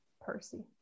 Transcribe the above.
percy